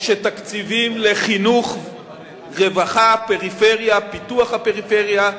שתקציבים לחינוך, רווחה, פריפריה, פיתוח הפריפריה,